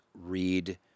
read